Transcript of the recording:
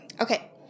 Okay